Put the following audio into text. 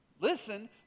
Listen